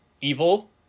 evil